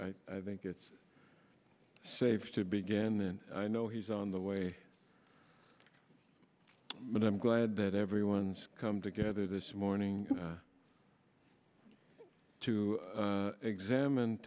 i think it's safe to begin then i know he's on the way but i'm glad that everyone's come together this morning to examine